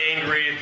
angry